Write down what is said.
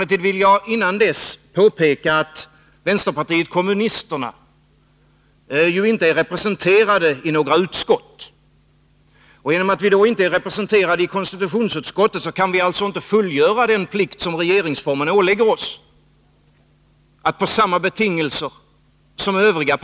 Låt mig emellertid dessförinnan påpeka att vänsterpartiet kommunisterna inte är representerat i några utskott. Genom att vi inte är representerade i konstitutionsutskottet kan vi inte heller fullgöra den plikt som regeringsformen ålägger oss, nämligen att under samma betingelser som övriga